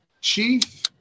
chief